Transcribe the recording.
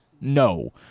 No